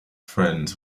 friends